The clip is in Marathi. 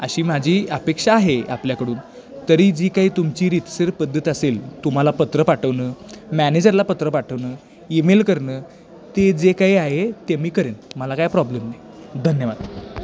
अशी माझी अपेक्षा आहे आपल्याकडून तरी जी काही तुमची रितसर पद्धत असेल तुम्हाला पत्र पाठवणं मॅनेजरला पत्र पाठवणं ईमेल करणं ते जे काही आहे ते मी करेन मला काय प्रॉब्लेम नाही धन्यवाद